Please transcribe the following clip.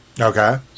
Okay